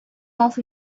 off